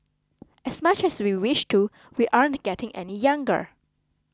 as much as we wish to we aren't getting any younger